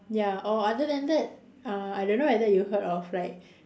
ya or other than that uh I don't know whether you've heard of like